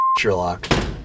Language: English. Sherlock